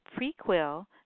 prequel